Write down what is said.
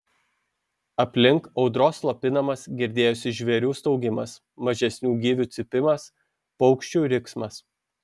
aplink audros slopinamas girdėjosi žvėrių staugimas mažesnių gyvių cypimas paukščių riksmas